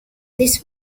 this